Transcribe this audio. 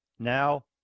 Now